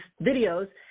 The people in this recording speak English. videos